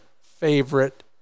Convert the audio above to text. favorite